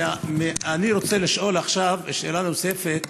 אני רוצה לשאול עכשיו שאלה נוספת: